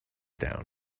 down